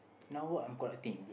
now work I'm collecting ah